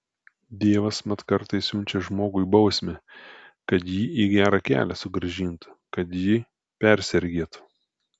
dievas mat kartais siunčia žmogui bausmę kad jį į gerą kelią sugrąžintų kad jį persergėtų